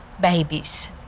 babies